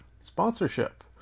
sponsorship